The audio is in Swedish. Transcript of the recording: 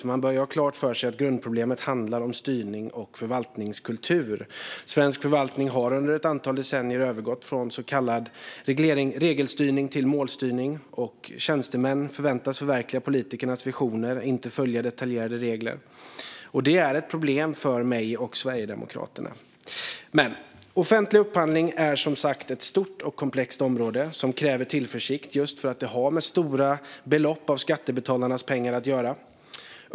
Man bör nämligen ha klart för sig att grundproblemet handlar om styrning och förvaltningskultur. Svensk förvaltning har under ett antal decennier övergått från så kallad regelstyrning till målstyrning. Tjänstemän förväntas förverkliga politikernas visioner - inte följa detaljerade regler. Det är ett problem för mig och Sverigedemokraterna. Men offentlig upphandling är som sagt ett stort och komplext område som kräver tillförsikt just för att det handlar om stora belopp av skattebetalarnas pengar.